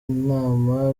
nama